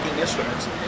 instruments